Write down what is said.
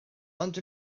ond